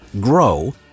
Grow